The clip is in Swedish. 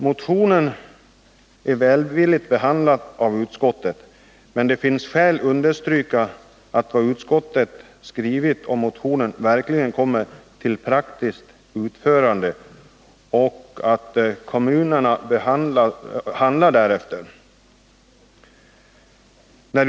Motionen är välvilligt behandlad av utskottet, men det finns skäl att, understryka att vad utskottet skrivit om motionen verkligen kommer till praktiskt utförande och att kommunerna handlar därefter.